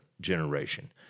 generation